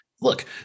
look